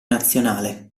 nazionale